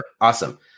Awesome